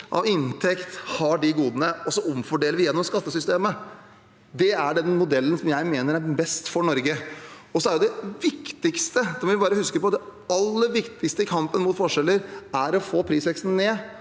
av inntekt, har de godene, og så omfordeler vi gjennom skattesystemet. Det er den modellen jeg mener er best for Norge. Vi må huske at det aller viktigste i kampen mot forskjeller er å få prisveksten ned,